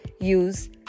Use